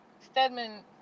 Stedman